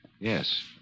Yes